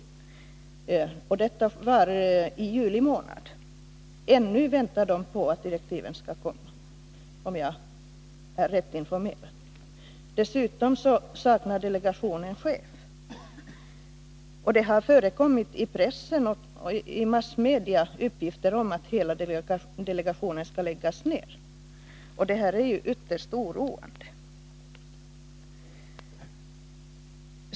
Ännu väntar delegationen på dessa direktiv, om jag är rätt informerad. Dessutom saknar delegationen en chef. I press och övriga massmedia har det förekommit uppgifter om att hela delegationen skall läggas ned. Detta är ytterst oroande.